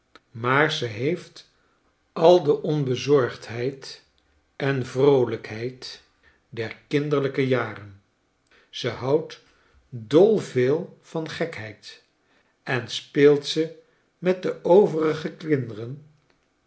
maar ze heeft al de onbezorgdheid en vroolijkheid der kinderlijke jaren ze houdt dol veel van gekheid en speelt ze met de overige kinderen